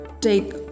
take